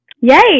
Yay